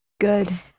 Good